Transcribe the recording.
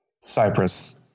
Cyprus